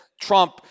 Trump